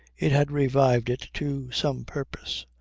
it had revived it to some purpose,